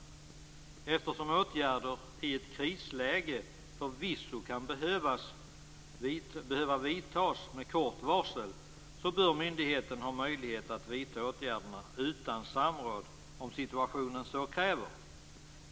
Eftersom åtgärder i ett krisläge förvisso kan behöva vidtas med kort varsel bör myndigheten ha möjlighet att vidta åtgärderna utan samråd om situationen så kräver.